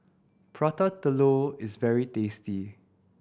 Prata Telur is very tasty